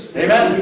Amen